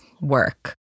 work